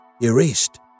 erased